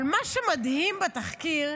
אבל מה שמדהים בתחקיר,